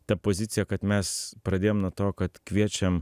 ta pozicija kad mes pradėjom nuo to kad kviečiam